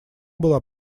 была